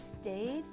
stayed